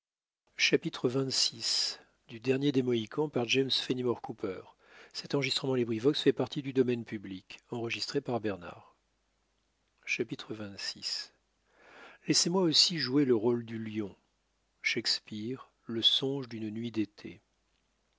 camp des mohicans james cooper xx laissez-moi aussi jouer le rôle du lion shakespeare le songe d'une nuit d'été